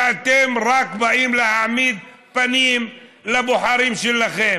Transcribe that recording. כשאתם רק באים להעמיד פנים לבוחרים שלכם.